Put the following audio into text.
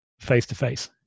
face-to-face